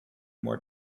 more